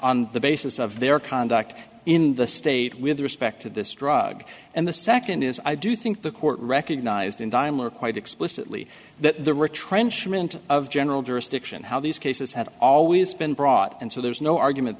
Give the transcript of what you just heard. on the basis of their conduct in the state with respect to this drug and the second is i do think the court recognized in diameter quite explicitly that the retrenchment of general jurisdiction how these cases had always been brought and so there's no argument